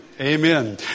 Amen